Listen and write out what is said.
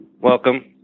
welcome